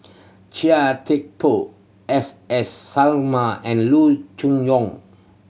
Chia Thye Poh S S Sarma and Loo Choon Yong